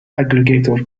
aggregator